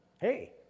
Hey